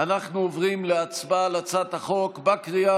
אנחנו עוברים להצבעה על הצעת החוק בקריאה